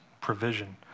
provision